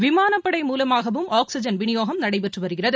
விமானப்படை மூலமாகவும் ஆக்ஸிஜன் விநியோகம் நடைபெற்றுவருகிறது